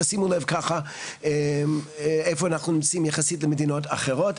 שימו לב איפה אנחנו נמצאים יחסית למדינות אחרות,